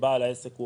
ובעל העסק,